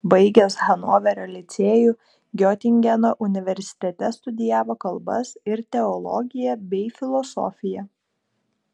baigęs hanoverio licėjų giotingeno universitete studijavo kalbas ir teologiją bei filosofiją